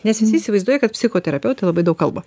nes visi įsivaizduoja kad psichoterapeutai labai daug kalba